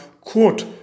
quote